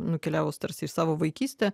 nukeliavus tarsi iš savo vaikystę